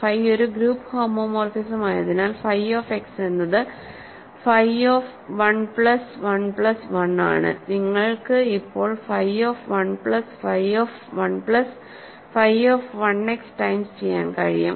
phi ഒരു group ഹോമോമോർഫിസമായതിനാൽ phi of x എന്നത് ഫൈ ഓഫ് 1 പ്ലസ് 1 പ്ലസ് 1 ആണ് നിങ്ങൾക്ക് ഇപ്പോൾ phi of 1 plus phi of 1 plus phi of 1 x times ചെയ്യാൻ കഴിയും